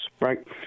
right